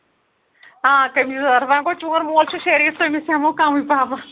آ کٔمیٖز یَزار وۄنۍ گوٚو چون مول چھُ شریٖف تٔمِس ہٮ۪مو کَمٕے پہمَتھ